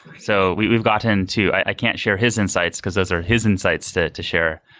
so, we've we've gotten to i can't share his insights, because those are his insights to to share.